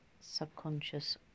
subconscious